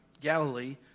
Galilee